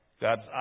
God's